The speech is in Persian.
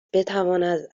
بتواند